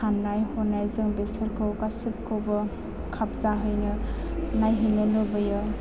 साननाय हनायजों बेसोरखौ गासैखौबो खाबजाहैनो नायहैनो लुबैयो